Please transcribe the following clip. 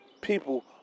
People